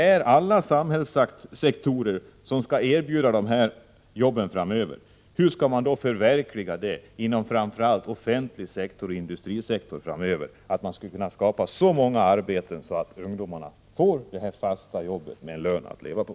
Om alla samhällssektorer skall vara med om att erbjuda de här jobben framöver, hur skall man då inom framför allt den offentliga sektorn och inom industrisektorn kunna skapa så många arbeten att ungdomarna får ett fast jobb med en lön att leva på?